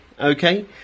okay